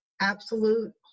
absolute